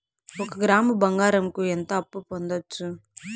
ఒక గ్రాము బంగారంకు ఎంత అప్పు పొందొచ్చు